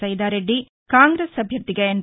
సైదారెడ్డి కాంగ్రెస్ అభ్యర్దిగా ఎన్